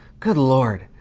good lord,